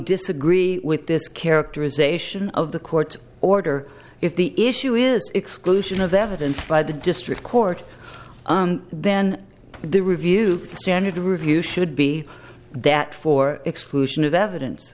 disagree with this characterization of the court order if the issue is exclusion of the evidence by the district court then the review standard review should be that for exclusion of evidence